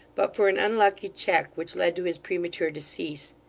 but for an unlucky check which led to his premature decease.